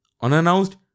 unannounced